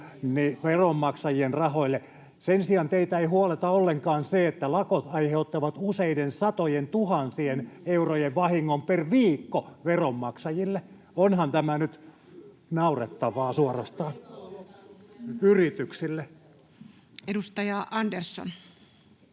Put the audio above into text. veronmaksajien rahoille, niin sen sijaan teitä ei huoleta ollenkaan se, että lakot aiheuttavat useiden satojentuhansien eurojen vahingon per viikko veronmaksajille. Onhan tämä nyt suorastaan naurettavaa yrityksille. [Suna Kymäläinen: